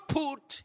put